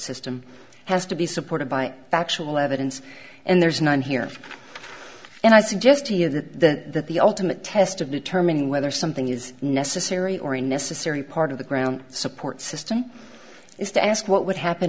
system has to be supported by factual evidence and there's none here and i suggest to you that the ultimate test of determining whether something is necessary or a necessary part of the ground support system is to ask what would happen